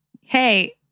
hey